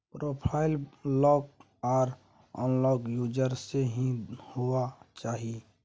profile lock आर unlock user से ही हुआ चाहिए